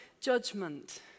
judgment